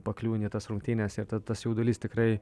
pakliūni į tas rungtynes ir ta tas jaudulys tikrai